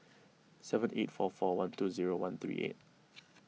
seven eight four four one two zero one three eight